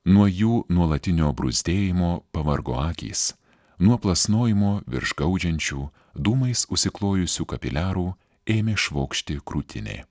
nuo jų nuolatinio bruzdėjimo pavargo akys nuo plasnojimo virš gaudžiančių dūmais užsiklojusių kapiliarų ėmė švokšti krūtinė